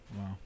Wow